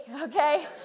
okay